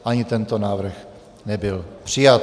Ani tento návrh nebyl přijat.